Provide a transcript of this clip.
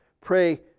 pray